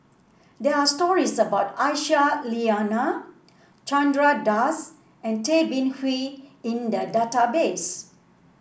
there are stories about Aisyah Lyana Chandra Das and Tay Bin Wee in the database